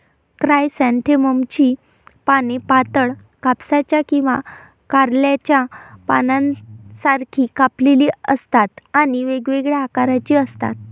क्रायसॅन्थेममची पाने पातळ, कापसाच्या किंवा कारल्याच्या पानांसारखी कापलेली असतात आणि वेगवेगळ्या आकाराची असतात